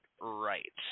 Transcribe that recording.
right